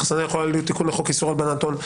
האכסנייה יכולה להיות תיקון לחוק איסור הלבנת הון.